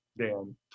Dan